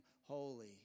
holy